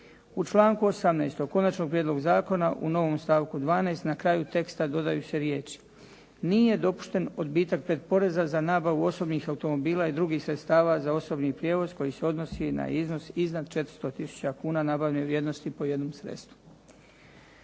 u članku 18. konačnog prijedloga zakona u novom stavku 12. na kraju teksta dodaju se riječi: "nije dopušten odbitak pretporeza za nabavu osobnih automobila i drugih sredstava za osobni prijevoz koji se odnosi na iznos iznad 400 tisuća kuna nabavne vrijednosti po jednom sredstvu."